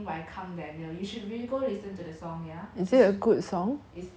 so is the kang daniel in the drama or is he just singing